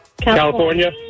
California